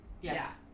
Yes